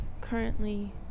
currently